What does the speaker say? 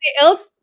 else